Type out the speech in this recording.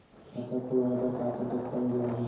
खाता खोलवाय बर का का दस्तावेज लागही?